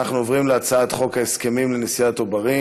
אנחנו עוברים להצעת חוק הסכמים לנשיאת עוברים